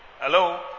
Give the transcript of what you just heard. Hello